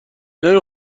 نمی